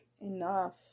enough